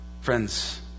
friends